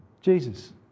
Jesus